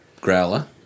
Growler